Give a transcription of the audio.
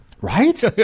Right